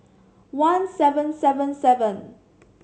one seven seven seven